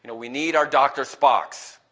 and we need our doctor spocks',